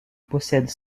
possède